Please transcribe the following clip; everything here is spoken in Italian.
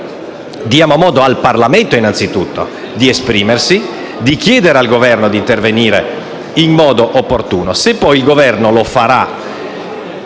diamo modo innanzitutto al Parlamento di esprimersi e di chiedere al Governo di intervenire in modo opportuno. Se poi il Governo lo farà